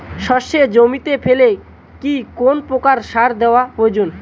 সর্ষে জমিতে ফেলে কি কোন প্রকার সার দেওয়া প্রয়োজন?